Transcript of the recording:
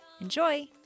Enjoy